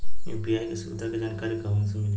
UPI के सुविधा के जानकारी कहवा से मिली?